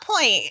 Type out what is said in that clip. point